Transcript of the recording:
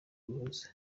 umuhoza